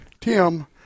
Tim